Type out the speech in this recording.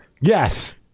Yes